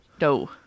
No